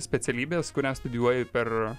specialybės kurią studijuoji per